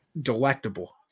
delectable